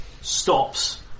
stops